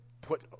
put